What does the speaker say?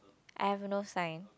I have no sign